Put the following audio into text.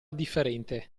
differente